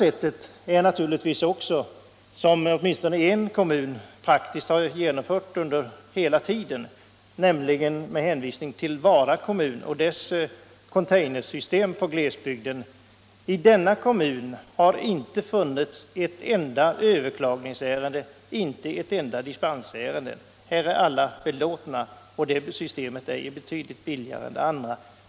Ett annat sätt som tillämpats i en kommun under hela tiden är det containersystem som Vara kommun använder i glesbygden. I denna kommun har det inte förekommit ett enda överklagningsärende eller dispensärende. Alla är där belåtna med detta system, som dessutom är billigare än andra.